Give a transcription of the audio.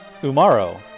Umaro